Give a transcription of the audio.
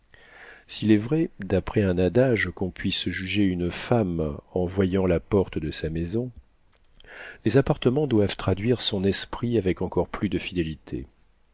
s'il est vrai d'après un adage qu'on puisse juger une femme en voyant la porte de sa maison les appartements doivent traduire son esprit avec encore plus de fidélité